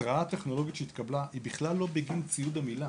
ההתרעה הטכנולוגית שהתקבלה היא בכלל לא בגין ציוד המילה.